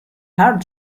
hard